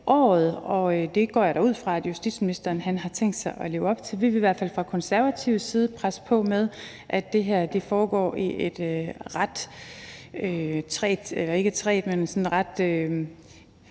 året. Det går jeg da ud fra at justitsministeren har tænkt sig at leve op til. Vi vil i hvert fald fra Konservatives side presse på for, at det her foregår i et – hvad skal man sige